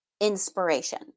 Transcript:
inspiration